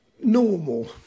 normal